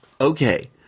okay